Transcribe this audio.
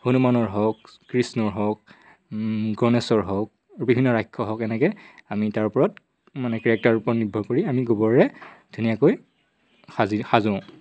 হনুমানৰ হওক কৃষ্ণৰ হওক গণেশৰ হওক বিভিন্ন ৰাক্ষস হওক এনেকে আমি তাৰ ওপৰত মানে কেৰেক্টাৰৰ ওপৰত নিৰ্ভৰ কৰি আমি গোবৰেৰে ধুনীয়াকৈ সাজি সাজোঁ